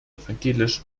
evangelisch